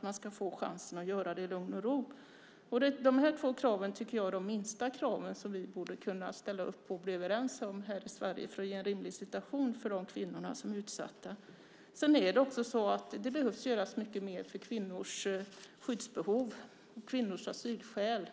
De ska få chansen att göra det i lugn och ro. De två kraven tycker jag är de minsta krav som vi borde kunna ställa upp på och bli överens om här i Sverige för att det ska bli en rimlig situation för de kvinnor som är utsatta. Det behöver göras mycket mer för kvinnors skyddsbehov och asylskäl.